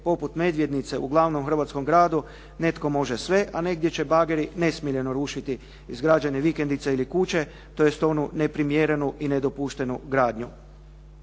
poput Medvednice u glavnom hrvatskom gradu netko može sve, a negdje će bageri nesmiljeno rušiti izgrađene vikendice ili kuće, tj. onu neprimjerenu i nedopuštenu gradnju.